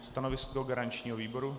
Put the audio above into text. Stanovisko garančního výboru.